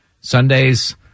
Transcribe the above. Sunday's